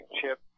chip